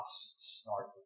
start